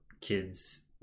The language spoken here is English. kids